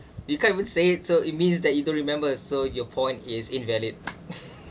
you can't even say it so it means that you don't remember so your point is invalid